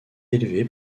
élevée